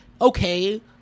okay